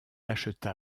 acheta